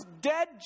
dead